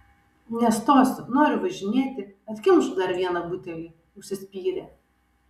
nestosiu noriu važinėti atkimšk dar vieną butelį užsispyrė